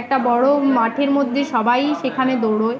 একটা বড়ো মাঠের মধ্যে সবাই সেখানে দৌড়োয়